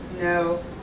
no